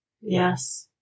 Yes